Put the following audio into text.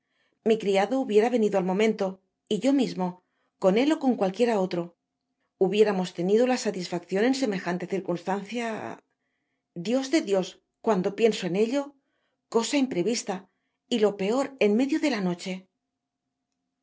mi criado hubiera venido al momento y yo mismo con él ó con cualquiera otro hubiéramos tenido la satisfaccion en semejante circunstancia dios de dios cuando pienso en ello cosa imprevista y lo peor en medio de la loche